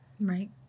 Right